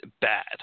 bad